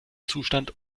zustand